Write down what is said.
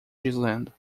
dizendo